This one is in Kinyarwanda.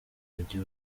mujyi